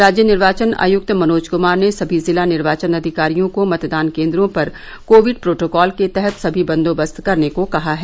राज्य निर्वाचन आयुक्त मनोज क्मार ने सभी जिला निर्वाचन अधिकारियों को मतदान केन्द्रों पर कोविड प्रोटोकॉल के तहत सभी बंदोबस्त करने को कहा है